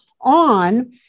on